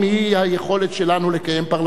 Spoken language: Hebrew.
היא היכולת שלנו לקיים פרלמנט.